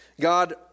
God